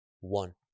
one